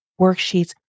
worksheets